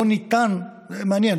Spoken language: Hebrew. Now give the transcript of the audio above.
זה מעניין,